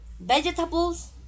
vegetables